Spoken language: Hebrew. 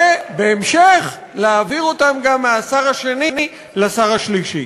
ובהמשך להעביר אותן גם מהשר השני לשר השלישי.